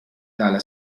dalla